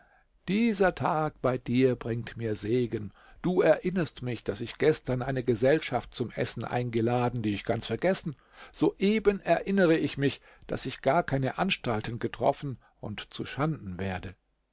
dieser tag bei dir bringt mir segen du erinnerst mich daß ich gestern eine gesellschaft zum essen eingeladen die ich ganz vergessen soeben erinnere ich mich daß ich gar keine anstalten getroffen und zuschanden werde